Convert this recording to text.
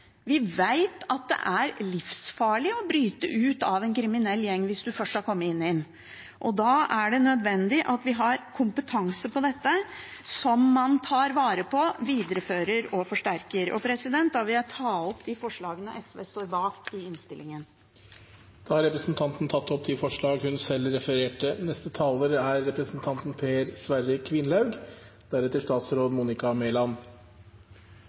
Vi vet at det er livsfarlig å bryte ut av en kriminell gjeng hvis man først har kommet inn i den. Da er det nødvendig at vi har kompetanse på dette, som man tar vare på, viderefører og forsterker. Da vil jeg ta opp de forslagene SV står bak i innstillingen. Representanten Karin Andersen har tatt opp de forslagene hun refererte til. Groruddalssatsingen og Oslo sør-satsingen er